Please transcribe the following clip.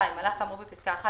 "(2) על אף האמור בפסקה (1),